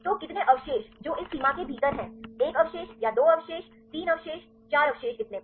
तो कितने अवशेष जो इस सीमा के भीतर हैं एक अवशेष या 2 अवशेष 3 अवशेष चार अवशेष इतने पर